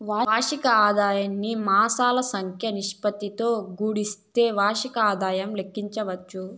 వార్షిక ఆదాయాన్ని మాసాల సంఖ్య నిష్పత్తితో గుస్తిస్తే వార్షిక ఆదాయం లెక్కించచ్చు